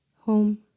Home